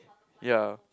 ya